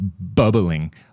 bubbling